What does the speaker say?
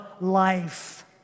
life